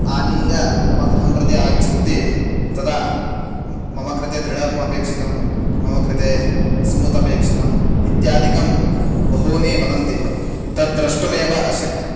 आनीय मम गृहं प्रति आगच्छन्ति तदा मम कृते दृढम् अपेक्षितं मम कृते स्मूत् अपेक्षितम् इत्यादिकं बहूनि वदन्ति तद्द्रष्टुमेव अशक्यं